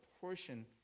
portion